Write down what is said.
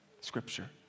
scripture